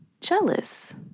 jealous